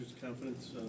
confidence